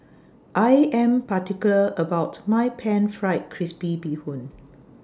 I Am particular about My Pan Fried Crispy Bee Hoon